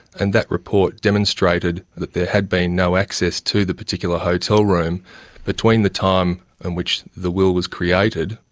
and that report demonstrated that there had been no access to the particular hotel room between the time in which the will was created,